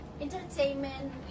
entertainment